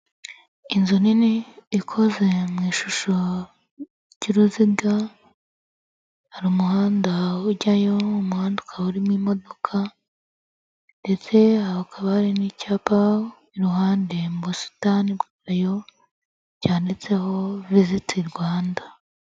Inzu nini ikoze mu ishusho ry'uruziga, hari umuhanda ujyayo, uwo muhanda ukaba urimo imodoka ndetse hakaba hari n'icyapa iruhande mu busitani bwayo cyanditseho Visit Rwanda.